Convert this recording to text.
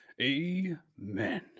Amen